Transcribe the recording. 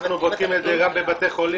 אנחנו בודקים את זה גם בבתי חולים,